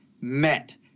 met